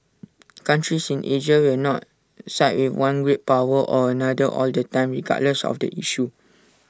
countries in Asia will not side with one great power or another all the time regardless of the issue